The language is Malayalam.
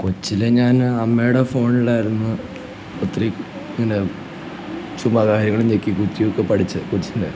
കൊച്ചിലെ ഞാൻ അമ്മയുടെ ഫോൺലായിരുന്നു ഒത്തിരി ഇതുണ്ടായിരുന്നു ചുമ്മാതെ കാര്യങ്ങളും ഞെക്കി കുത്തിയൊക്കെ പഠിച്ച് കൊച്ചിലെ